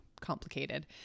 complicated